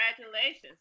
Congratulations